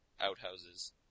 Outhouses